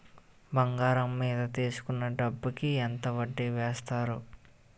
బంగారం మీద తీసుకున్న డబ్బు కి ఎంత వడ్డీ వేస్తారు?